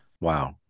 Wow